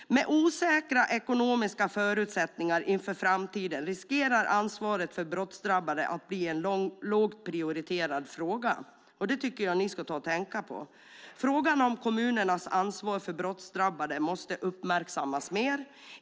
Med osäkra ekonomiska förutsättningar inför framtiden riskerar ansvaret för brottsdrabbade att bli en lågt prioriterad fråga. Det tycker jag att ni ska ta och tänka på. Frågan om kommunernas ansvar för brottsdrabbade måste uppmärksammas mer.